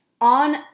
On